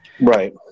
right